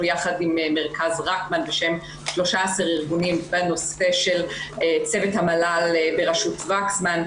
יחד עם מרכז רקמן בשם 13 ארגונים בנושא של צוות המל"ל בראשות וקסמן,